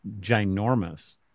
ginormous